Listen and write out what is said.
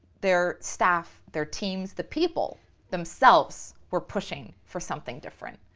their staff, their teams, the people themselves were pushing for something different.